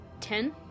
Ten